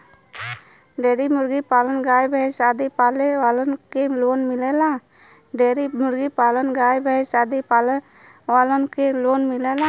dairy मुर्गी पालन गाय भैस आदि पाले वालन के लोन मिलेला